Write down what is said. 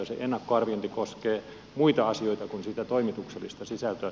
se ennakkoarviointi koskee muita asioita kun sitä toimituksellista sisältöä